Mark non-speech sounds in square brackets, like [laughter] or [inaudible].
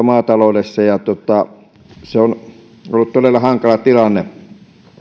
[unintelligible] maataloudessa se on ollut todella hankala tilanne kuitenkin